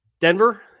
denver